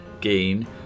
gain